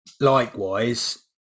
likewise